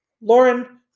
Lauren